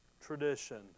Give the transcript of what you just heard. tradition